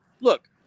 look